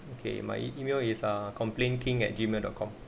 okay my email is ah complain king add gmail dot com